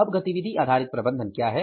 अब गतिविधि आधारित प्रबंधन क्या है